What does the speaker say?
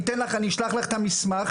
אני אשלח לך את המסמך.